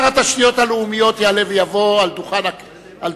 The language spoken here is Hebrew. שר התשתיות הלאומיות יעלה ויבוא אל דוכן